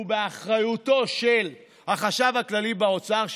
שהוא באחריותו של החשב הכללי באוצר,